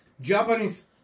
Japanese